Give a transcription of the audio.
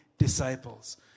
disciples